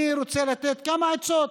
אני רוצה לתת כמה עצות